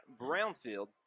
Brownfield